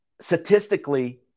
Statistically